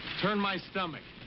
turned my stomach.